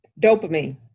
Dopamine